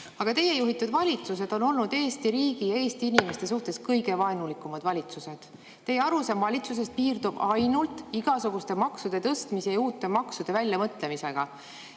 Teie juhitud valitsused on olnud Eesti riigi ja Eesti inimeste suhtes kõige vaenulikumad valitsused. Teie arusaam [valitsemisest] piirdub ainult igasuguste maksude tõstmise ja uute maksude väljamõtlemisega.